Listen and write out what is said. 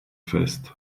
fest